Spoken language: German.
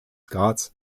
graz